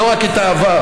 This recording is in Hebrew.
לא רק את העבר.